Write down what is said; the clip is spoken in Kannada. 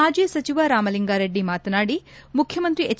ಮಾಜಿ ಸಚಿವ ರಾಮಲಿಂಗಾರೆಡ್ಡಿ ಮಾತನಾಡಿ ಮುಖ್ಯಮಂತ್ರಿ ಎಚ್